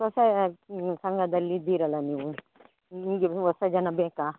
ಹೊಸಾ ಸಂಘದಲ್ ಇದ್ದೀರಲ್ಲ ನೀವು ನಿಮಗೆ ಹೊಸ ಜನ ಬೇಕಾ